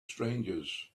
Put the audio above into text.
strangers